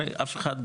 אף אחד,